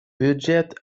бюджет